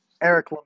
Eric